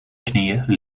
knieën